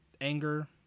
anger